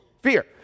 fear